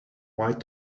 white